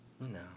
No